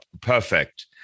perfect